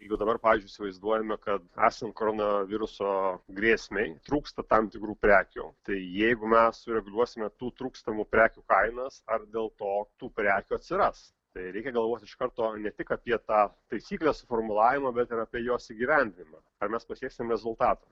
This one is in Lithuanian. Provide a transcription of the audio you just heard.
jeigu dabar pavyzdžiui įsivaizduojame kad esant koronaviruso grėsmei trūksta tam tikrų prekių tai jeigu mes sureguliuosime tų trūkstamų prekių kainas ar dėl to tų prekių atsiras tai reikia galvoti iš karto ne tik apie tą taisyklės formulavimą bet ir apie jos įgyvendinimą ar mes pasieksime rezultatą